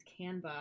Canva